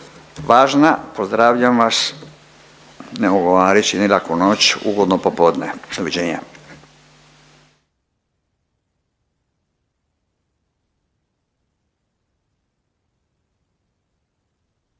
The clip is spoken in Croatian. važna. Pozdravljam vas. Ne mogu vam reći ni laku noć, ugodno popodne. Doviđenja!